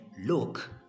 look